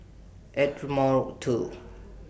Ardmore two